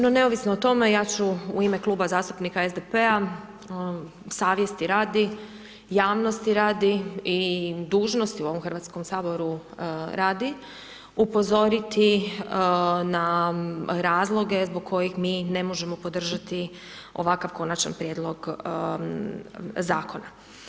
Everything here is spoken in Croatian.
No, neovisno o tome, ja ću u ime kluba zastupnika SDP-a, savjesti radi, javnosti radi i dužnosti u ovom HS-u radi, upozoriti na razloge zbog kojih mi ne možemo podržati ovakav Konačan prijedlog Zakona.